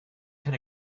can